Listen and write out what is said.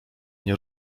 nie